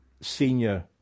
senior